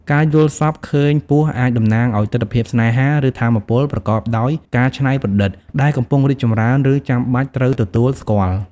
ការយល់សប្តិឃើញពស់អាចតំណាងឱ្យទិដ្ឋភាពស្នេហា ឬថាមពលប្រកបដោយការច្នៃប្រឌិត ដែលកំពុងរីកចម្រើន ឬចាំបាច់ត្រូវទទួលស្គាល់។